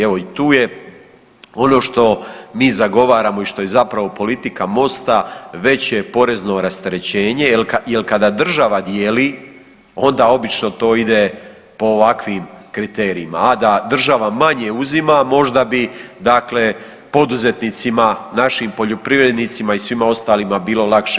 Evo i tu je ono što mi zagovaramo i što je zapravo politika Mosta veće porezno rasterećenje jer kada država dijeli onda obično to ide po ovakvim kriterijima, a da država manje uzima možda bi dakle poduzetnicima našim poljoprivrednicima i svima ostalima bilo lakše.